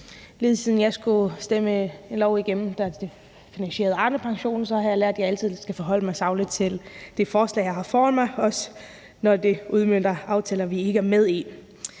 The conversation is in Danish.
Lige siden jeg skulle stemme en lov, der finansierede Arnepensionen, igennem, har jeg lært, at jeg altid skal forholde mig sagligt til det forslag, jeg har foran mig, også når det udmønter aftaler, vi ikke er med i.